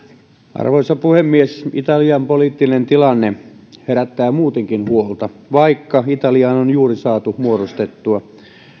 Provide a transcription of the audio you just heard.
arvoisa puhemies italian poliittinen tilanne herättää muutenkin huolta vaikka italiaan on juuri saatu muodostettua